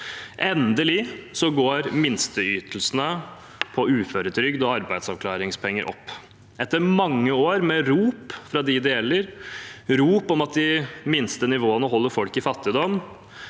Endelig går minsteytelsene for uføretrygd og arbeidsavklaringspenger opp, etter mange år med rop fra dem det gjelder, rop om at de minste nivåene holder folk i fattigdom.